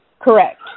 Correct